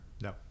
No